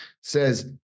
says